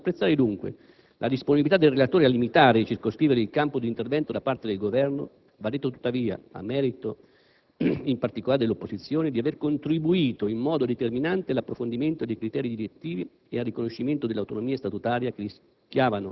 Nell'apprezzare dunque la disponibilità del relatore a limitare e circoscrivere il campo di intervento da parte del Governo, va detto tuttavia, a merito in particolare dell'opposizione, di aver contribuito in modo determinante all'approfondimento dei criteri direttivi e al riconoscimento delle autonomie statutarie, che rischiavano